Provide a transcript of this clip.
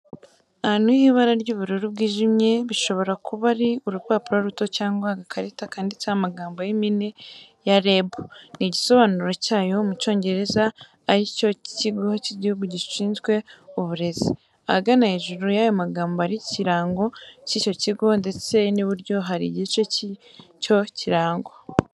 Ahantu h'ibara ry'ubururu bwijimye bishobora kuba ari urupapuro ruto cyangwa agakarita, kanditseho amagambo y'impine ya "REB", n'igisobanuro cya yo mu Cyongereza, ari cyo kigo cy'igihugu gishinzwe uburezi. Ahagana hejuru y'ayo magambo hariho ikirango cy'icyo kigo, ndetse n'iburyo hari igice cy'icyo kirango.